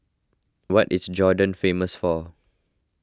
what is Jordan famous for